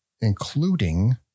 including